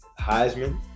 Heisman